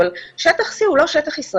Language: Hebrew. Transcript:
אבל שטח C הוא לא שטח ישראלי,